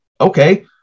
okay